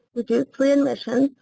reduce readmission,